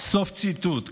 סוף ציטוט,